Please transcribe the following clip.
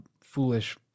foolish